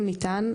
אם ניתן,